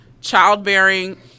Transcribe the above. childbearing